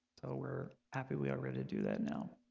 so we're happy we are ready to do that now